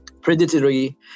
predatory